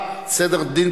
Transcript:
סקרים,